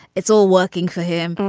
it's all working for him.